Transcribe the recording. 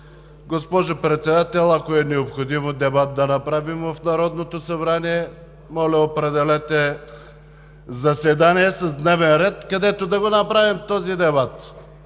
госпожо Председател, ако е необходимо да направим дебат в Народното събрание, моля, определете заседание с дневен ред, където да направим този дебат.